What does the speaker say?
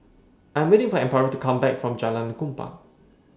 I Am waiting For Amparo to Come Back from Jalan Kupang